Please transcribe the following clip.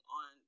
on